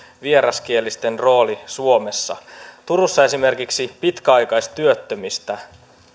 vieraskielisten roolia suomessa turussa esimerkiksi pitkäaikaistyöttömistä